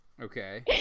Okay